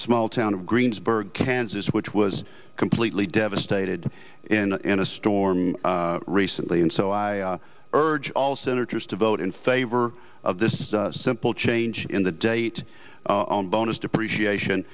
small town of greensburg kansas which was completely devastated in a storm recently and so i urge all senators to vote in favor of this simple change in the date on bonus depreciat